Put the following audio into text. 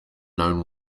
known